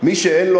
מי שאין לו,